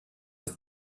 ist